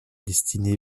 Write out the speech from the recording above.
destinée